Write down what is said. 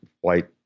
white